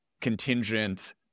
contingent